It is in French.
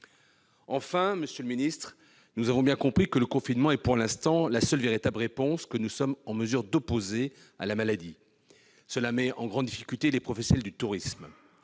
Enfin, monsieur le ministre, nous avons bien compris que le confinement est pour l'instant la seule véritable réponse que nous sommes en mesure d'opposer à la maladie. Cela met en grande difficulté les professionnels du tourisme.